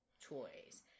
toys